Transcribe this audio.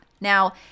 Now